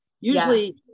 Usually